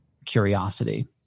curiosity